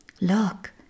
Look